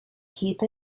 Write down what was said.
keep